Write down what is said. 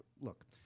look